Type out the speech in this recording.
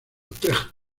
utrecht